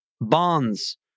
bonds